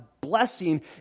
blessing